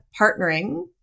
partnering